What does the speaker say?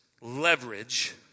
leverage